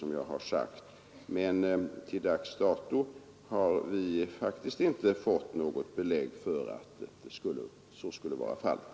Men till dags dato har vi inte fått något belägg för att så skulle vara fallet.